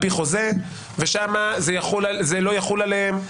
ושם זה לא יחול עליהם,